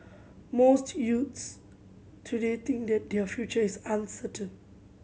most youths today think that their future is uncertain